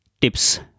tips